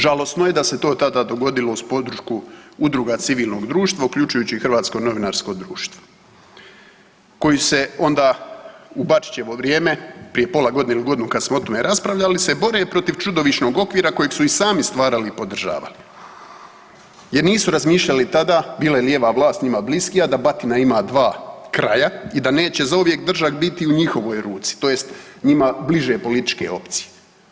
Žalosno je da se to tada dogodilo uz podršku udruga civilnog društva, uključujući i Hrvatsko novinarsko društvo koje se onda u Bačićevo vrijeme prije pola godine ili godinu kad smo o tome raspravljali se bore protiv čudovišnog okvira kojeg su i sami stvarali i podržavali jer nisu razmišljali tada, bila je lijeva vlast s njima bliskija da batina ima dva kraja i da neće zauvijek držak biti u njihovoj ruci, tj. njima bliže političke opcije.